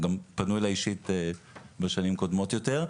גם פנו אליי אישית בשנים קודמות יותר.